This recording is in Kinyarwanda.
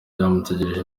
bamutegereje